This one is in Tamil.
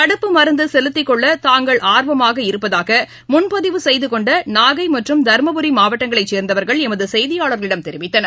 தடுப்பு மருந்துசெலுத்திக்கொள்ளதாங்கள் ஆர்வமாக இருப்பதாகமுன்பதிவு செய்துகொண்டநாகைமற்றும் தருமபுரி மாவட்டங்களைச்சேர்ந்தவர்கள் எமதுசெய்தியாளர்களிடம் தெரிவித்தனர்